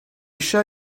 show